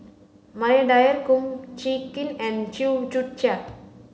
Maria Dyer Kum Chee Kin and Chew Joo Chiat